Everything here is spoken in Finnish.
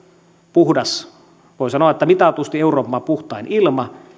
puhdas voi sanoa että mitatusti euroopan puhtain ilma